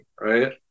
right